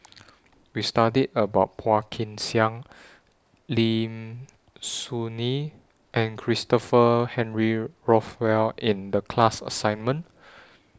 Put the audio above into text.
We studied about Phua Kin Siang Lim Soo Ngee and Christopher Henry Rothwell in The class assignment